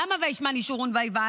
למה "וישמן ישרון ויבעט"?